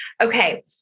Okay